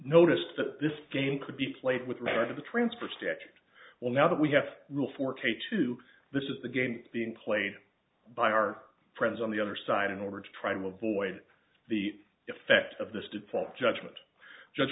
noticed that this game could be played with regard to the transfer statute well now that we have rule for k two this is the game being played by our friends on the other side in order to try to avoid the effect of this did phone judgment just